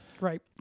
right